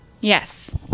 Yes